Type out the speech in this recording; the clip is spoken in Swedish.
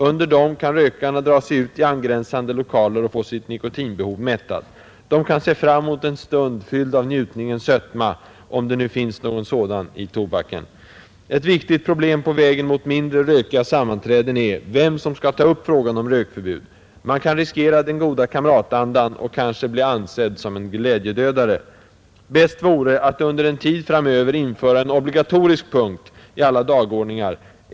Under dessa kan rökarna dra sig ut i angränsande lokaler och få sitt nikotinbehov mättat. De kan se fram mot en stund fylld av njutningens sötma — om det nu finns någon sådan i tobaken. Ett viktigt problem på vägen mot mindre rökiga sammanträden är, vem som skall ta upp frågan om rökförbud. Man kan riskera den goda kamratandan, och kanske bli ansedd som glädjedödare. Bäst vore att under en tid framöver införa en obligatorisk punkt i alla dagordningar.